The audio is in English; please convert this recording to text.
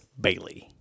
Bailey